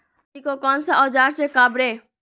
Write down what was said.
आदि को कौन सा औजार से काबरे?